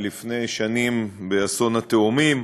ולפני שנים באסון התאומים,